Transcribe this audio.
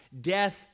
Death